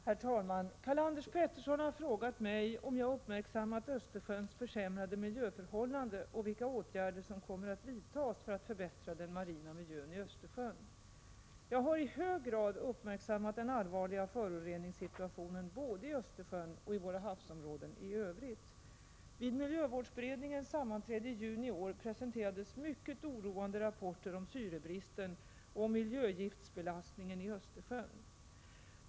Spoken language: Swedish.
Herr talman! Karl-Anders Petersson har frågat mig om jag uppmärksammat Östersjöns försämrade miljöförhållande och vilka åtgärder som kommer att vidtas för att förbättra den marina miljön i Östersjön. Jag har i hög grad uppmärksammat den allvarliga föroreningssituationen både i Östersjön och i våra havsområden i övrigt. Vid miljövårdsberedningens sammanträde i juni i år presenterades mycket oroande rapporter om syrebristen och miljögiftsbelastningen i Östersjön.